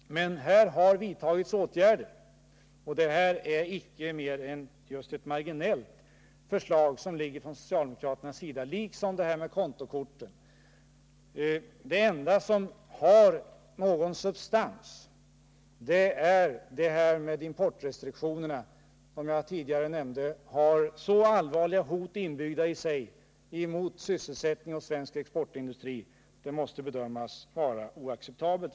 Men här har alltså vidtagits åtgärder. De förslag från socialdemokraternas sida som föreligger på det här området liksom när det gäller kontokorten är av marginell karaktär. Det enda förslag som har någon substans är det som gäller importrestriktionerna. Som jag tidigare nämnde har det så allvarliga hot inbyggda i sig emot sysselsättning och svensk exportindustri att det måste bedömas vara oacceptabelt.